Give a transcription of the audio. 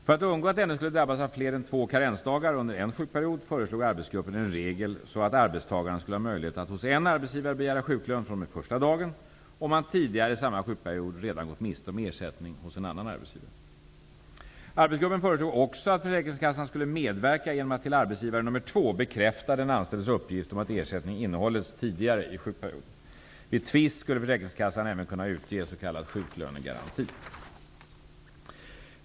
För att undgå att denne skulle drabbas av fler än två karensdagar under en sjukperiod föreslog arbetsgruppen en regel så att arbetstagaren skulle ha möjlighet att hos en arbetsgivare begära sjuklön fr.o.m. första dagen om han tidigare i samma sjukperiod redan gått miste om ersättning hos en annan arbetsgivare. Arbetsgruppen föreslog också att försäkringskassan skulle medverka genom att till arbetsgivare nummer två bekräfta den anställdes uppgift om att ersättning innehållits tidigare i sjukperioden. Vid tvist skulle försäkringskassan även kunna utge s.k. sjuklönegaranti.